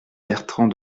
bertrand